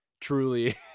truly